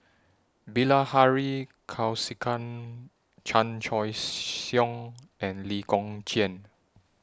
Bilahari Kausikan Chan Choy Siong and Lee Kong Chian